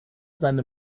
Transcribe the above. seine